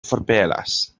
forpelas